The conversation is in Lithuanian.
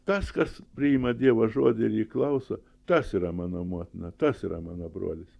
tas kas priima dievo žodį ir jį klauso tas yra mano motina tas yra mano brolis